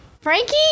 Frankie